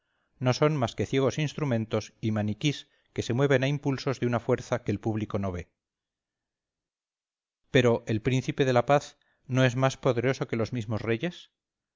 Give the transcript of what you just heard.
no son más que ciegos instrumentos y maniquís que se mueven a impulsos de una fuerza que el público no ve pero el príncipe de la paz no es más poderoso que los mismos reyes